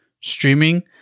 streaming